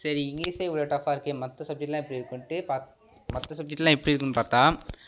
சரி இங்கிலீஷே இவ்வளோ டஃப்பாக இருக்கே மற்ற சப்ஜெக்டெலாம் எப்படி இருக்குன்ட்டு பாக் மற்ற சப்ஜெக்டெலாம் எப்படி இருக்குதுன்னு பார்த்தா